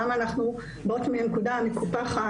למה אנחנו באות מהנקודה המקופחת,